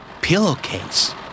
Pillowcase